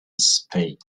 speak